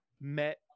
met